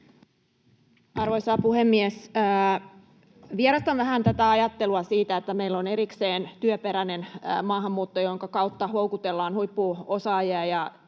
Arvoisa puhemies! Vierastan vähän tätä ajattelua siitä, että meillä on erikseen työperäinen maahanmuutto, jonka kautta houkutellaan huippuosaajia ja